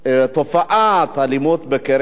תופעת האלימות כלפי